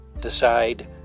decide